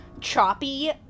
choppy